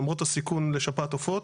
למרות הסיכון לשפעת עופות,